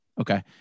Okay